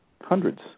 Hundreds